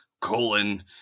colon